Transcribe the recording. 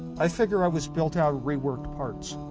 i figured i was built out of reworked parts